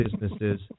businesses